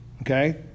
Okay